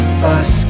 bus